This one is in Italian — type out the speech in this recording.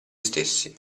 stessi